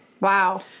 wow